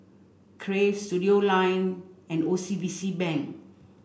Crave Studioline and O C B C Bank